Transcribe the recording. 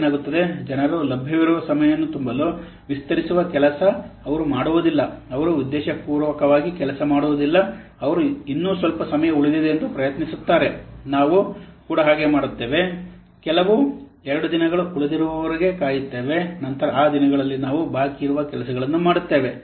ಆಗ ಏನಾಗುತ್ತದೆ ಜನರು ಲಭ್ಯವಿರುವ ಸಮಯವನ್ನು ತುಂಬಲು ವಿಸ್ತರಿಸುವ ಕೆಲಸ ಅವರು ಮಾಡುವುದಿಲ್ಲ ಅವರು ಉದ್ದೇಶಪೂರ್ವಕವಾಗಿ ಕೆಲಸ ಮಾಡುವುದಿಲ್ಲ ಅವರು ಇನ್ನೂ ಸ್ವಲ್ಪ ಸಮಯ ಉಳಿದಿದೆ ಎಂದು ಪ್ರಯತ್ನಿಸುತ್ತಾರೆ ನಾವು ಕೂಡ ಹಾಗೆ ಮಾಡುತ್ತೇವೆ ಕೇವಲ ಎರಡು ದಿನಗಳು ಉಳಿದಿರುವವರಗೆ ಕಾಯುತ್ತೇವೆ ನಂತರ ಆ ದಿನಗಳಲ್ಲಿ ನಾವು ಬಾಕಿ ಇರುವ ಕೆಲಸಗಳನ್ನು ಮಾಡುತ್ತೇವೆ